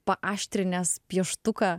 paaštrinęs pieštuką